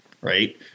right